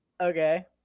Okay